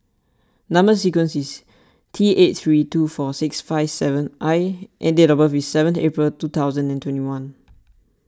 Number Sequence is T eight three two four six five seven I and date of birth is seven April two thousand and twenty one